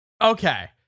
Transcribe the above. Okay